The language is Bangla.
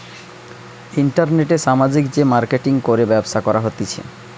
ইন্টারনেটে সামাজিক যে মার্কেটিঙ করে ব্যবসা করা হতিছে